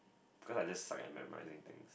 cause I just suck at memorising things